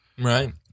Right